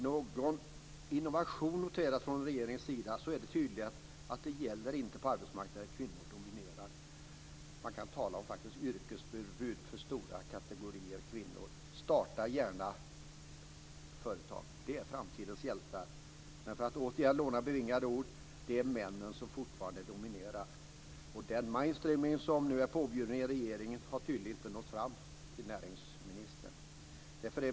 Någon innovation från regeringens sida finns inte för den arbetsmarknad där kvinnor dominerar. Det går att tala om yrkesförbud för stora kategorier kvinnor. Starta gärna företag. De är framtidens hjältar. Men för att återigen låna bevingade ord: Det är männen som fortfarande dominerar. Den mainstreaming som nu är påbjuden i regeringen har tydligen inte nått fram till näringsministern.